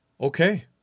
Okay